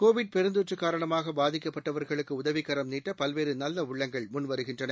Covid பெருந்தொற்று காரணமாக பாதிக்கப்பட்டவர்களுக்கு உதவிக்கரம் நீட்ட பல்வேறு நல்ல உள்ளங்கள் முன்வருகின்றன